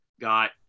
got